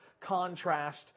contrast